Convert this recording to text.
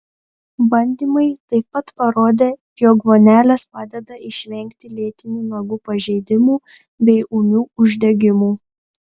bandymai taip pat parodė jog vonelės padeda išvengti lėtinių nagų pažeidimų bei ūmių uždegimų